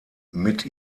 mit